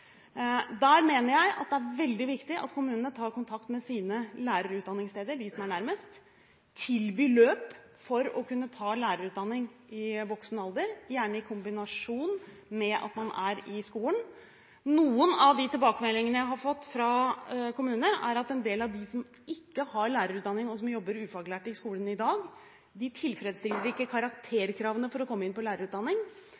Der mener jeg det er veldig viktig at kommunene tar kontakt med sine lærerutdanningssteder – de som er nærmest – og tilbyr løp for å kunne ta lærerutdanning i voksen alder, gjerne i kombinasjon med at man jobber i skolen. Noen av de tilbakemeldingene jeg har fått fra kommunene, er at en del av dem som ikke har lærerutdanning, og som jobber ufaglært i skolen i dag, ikke tilfredsstiller